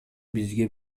бизге